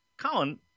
Colin